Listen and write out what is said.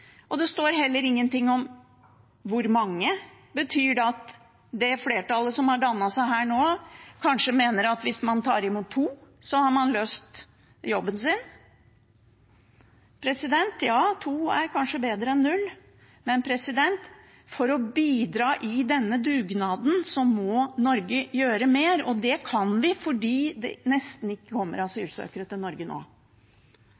Det står heller ingenting om hvor mange. Betyr det at det flertallet som har dannet seg her nå, kanskje mener at hvis man tar imot to, har man løst jobben sin? Ja, to er kanskje bedre enn null, men for å bidra i denne dugnaden må Norge gjøre mer, og det kan vi fordi det nesten ikke kommer